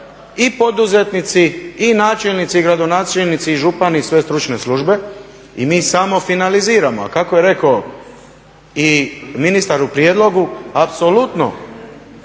i poduzetnici, i načelnici, i gradonačelnici, i župani i sve stručne službe i mi samo finaliziramo, a kako je rekao i ministar u prijedlogu apsolutno